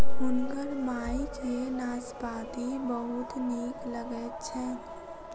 हुनकर माई के नाशपाती बहुत नीक लगैत छैन